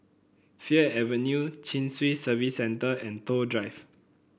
Fir Avenue Chin Swee Service Centre and Toh Drive